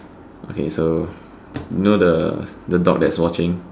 okay so you know the the dog that's watching